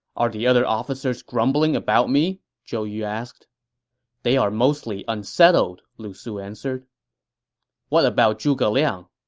are the other officers grumbling about me? zhou yu asked they are mostly unsettled, lu su answered what about zhuge liang?